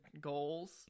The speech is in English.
goals